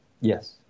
Yes